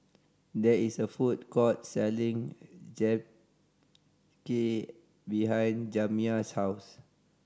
there is a food court selling Japchae behind Jamiya's house